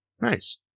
Nice